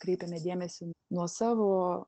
kreipiame dėmesį nuo savo